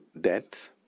debt